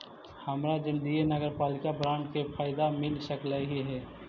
हमरा जल्दीए नगरपालिका बॉन्ड के फयदा मिल सकलई हे